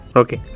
okay